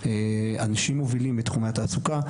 אנשים מובילים בתחומי התעסוקה,